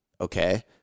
Okay